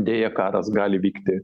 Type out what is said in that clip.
deja karas gali vykti